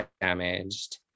damaged